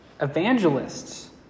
evangelists